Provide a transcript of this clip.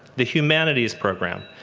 the humanities program,